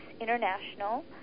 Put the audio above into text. international